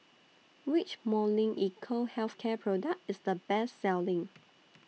Which Molnylcke Health Care Product IS The Best Selling